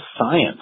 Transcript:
science